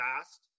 fast